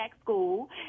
school